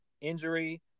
injury